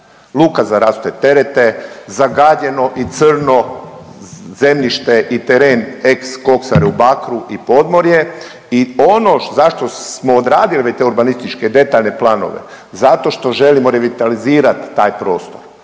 luka za … terete, zagađeno i crno zemljište i teren ex Koksare u Bakru i podmorje i ono zašto smo odradili već te urbanističke detaljne planove zato što želimo revitalizirat taj prostor